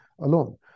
alone